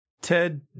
Ted